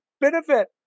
benefit